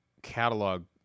catalog